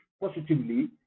positively